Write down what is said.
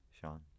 Sean